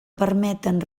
permeten